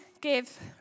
give